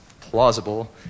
plausible